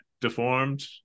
deformed